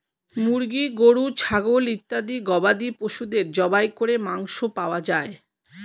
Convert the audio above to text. মুরগি, গরু, ছাগল ইত্যাদি গবাদি পশুদের জবাই করে মাংস পাওয়া যায়